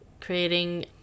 creating